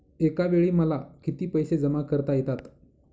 एकावेळी मला किती पैसे जमा करता येतात?